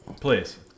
Please